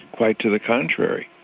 quite to the contrary.